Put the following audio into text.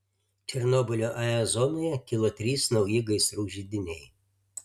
černobylio ae zonoje kilo trys nauji gaisrų židiniai